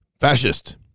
fascist